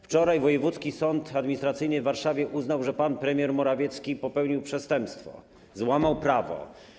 Wczoraj Wojewódzki Sąd Administracyjny w Warszawie uznał, ze pan premier Morawiecki popełnił przestępstwo, złamał prawo.